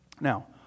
Now